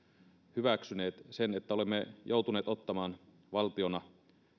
hyväksyneet sen että olemme joutuneet ottamaan valtiona